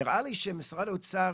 נראה לי שמשרד האוצר